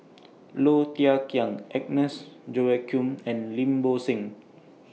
Low Thia Khiang Agnes Joaquim and Lim Bo Seng